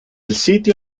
sitio